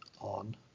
on